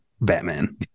Batman